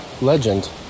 legend